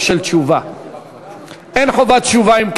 אנחנו ממשיכים בסדר-היום.